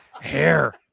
hair